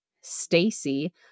Stacy